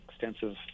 extensive